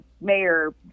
mayor